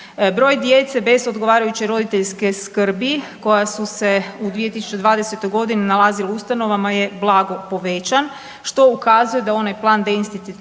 Broj djece bez odgovarajuće roditeljske skrbi koja su se u 2020. godini nalazili u ustanovama je blago povećan što ukazuje da onaj plan deinstitucionalizacije